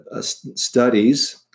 studies